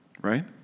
Right